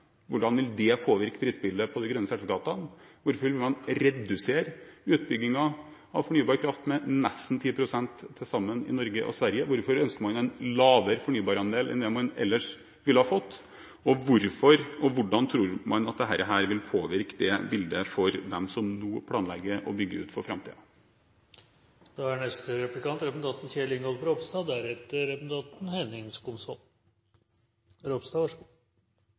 påvirke prisbildet på de grønne sertifikatene. Hvorfor vil man redusere utbyggingen av fornybar kraft med nesten 10 pst. til sammen i Norge og Sverige? Hvorfor ønsker man en lavere fornybarandel enn den man ellers ville ha fått? Og hvordan tror man at dette vil påvirke det bildet for dem som nå planlegger å bygge ut for framtiden? Jeg registrerer at dette er blitt til en slags spørretime med representanten